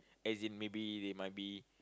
as in maybe they might be